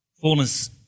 Fullness